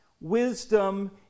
wisdom